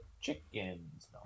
chickens